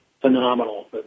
phenomenal